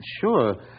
Sure